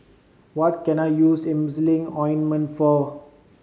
what can I use Emulsying Ointment for